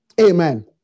Amen